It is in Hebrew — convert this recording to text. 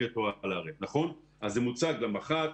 זה מוצג למח"ט,